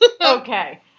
Okay